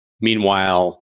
Meanwhile